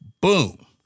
boom